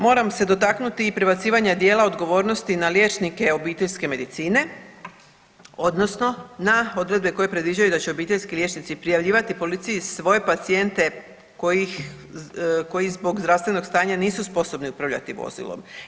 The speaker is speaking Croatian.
Moram se dotaknuti i prebacivanja dijela odgovornosti na liječnike obiteljske medicine, odnosno na odredbe koje predviđaju da će obiteljski liječnici prijavljivati policiji svoje pacijente koji zbog zdravstvenog stanja nisu sposobni upravljati vozilom.